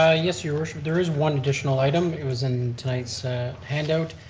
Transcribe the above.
ah yes your worship, there is one additional item. it was in tonight's handout,